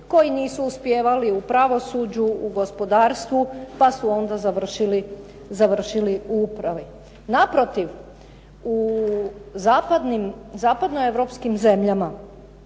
koji nisu uspijevali u pravosuđu, u gospodarstvu, pa su onda završili u upravi. Naprotiv, u zapadno europskim zemljama